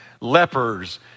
lepers